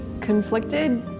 conflicted